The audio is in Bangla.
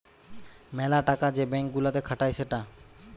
মেলা টাকা যে ব্যাঙ্ক গুলাতে খাটায় সেটা